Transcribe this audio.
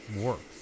works